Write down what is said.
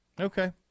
Okay